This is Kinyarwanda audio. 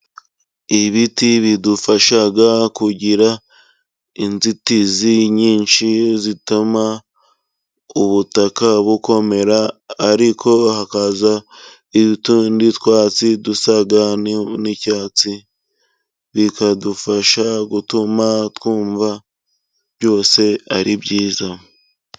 Ibiti bidufasha kugira inzitizi nyinshi zituma ubutaka bukomera, ariko hakaza utundi twatsi dusa n'icyatsi ,bikadufasha gutuma twumva byose ari byiza.